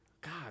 God